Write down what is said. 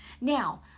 Now